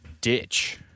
ditch